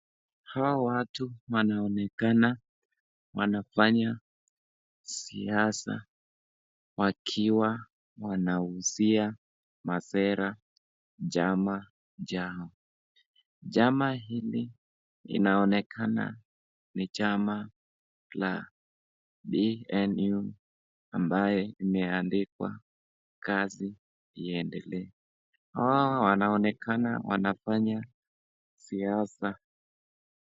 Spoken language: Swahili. Hawa watu wanaonekana wanafanya siasa wakiwa wanausia Madera chama Yao chama hili inaonekana ni chama la PNU ambaye imeandikwa kazi iendelee hawa wanaonekana wanafanya siasa.